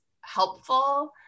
helpful